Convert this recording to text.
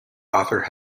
author